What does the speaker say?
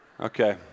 Okay